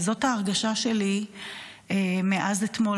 וזאת ההרגשה שלי מאז אתמול,